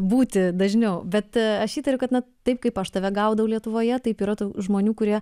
būti dažniau bet aš įtariu kad na taip kaip aš tave gaudau lietuvoje taip yra tų žmonių kurie